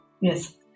Yes